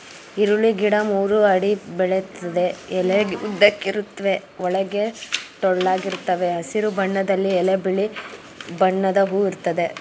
ಈರುಳ್ಳಿ ಗಿಡ ಮೂರು ಅಡಿ ಬೆಳಿತದೆ ಎಲೆ ಉದ್ದಕ್ಕಿರುತ್ವೆ ಒಳಗೆ ಟೊಳ್ಳಾಗಿರ್ತವೆ ಹಸಿರು ಬಣ್ಣದಲ್ಲಿ ಎಲೆ ಬಿಳಿ ಬಣ್ಣದ ಹೂ ಇರ್ತದೆ